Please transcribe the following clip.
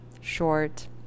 short